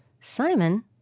Simon